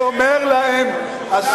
זה הפרדת הרשויות,